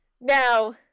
Now